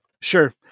Sure